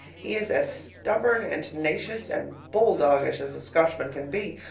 he is as stubborn and tenacious and bull-doggish as a scotchman can be,